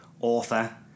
author